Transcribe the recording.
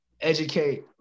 educate